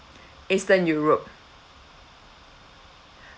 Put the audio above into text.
eastern europe